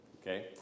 Okay